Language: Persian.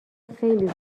خیلی